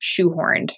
shoehorned